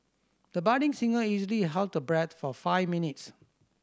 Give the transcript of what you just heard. the budding singer easily held her breath for five minutes